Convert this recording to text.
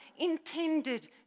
intended